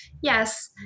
Yes